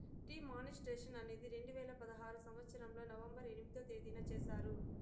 D మానిస్ట్రేషన్ అనేది రెండు వేల పదహారు సంవచ్చరంలో నవంబర్ ఎనిమిదో తేదీన చేశారు